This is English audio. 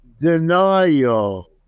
denial